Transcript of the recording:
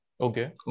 Okay